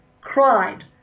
cried